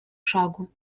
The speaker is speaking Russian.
шагу